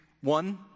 one